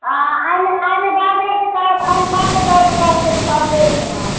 آ اَمہِ اَمہِ بَغٲر تہِ کرٕ بہٕ اَمہِ پَتہٕ تہِ کرٕ بہٕ تۄہہِ سۭتۍ پَتہٕ بیٚیہِ کٲم